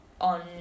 on